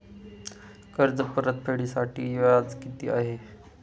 कर्ज परतफेडीसाठी व्याज किती आहे?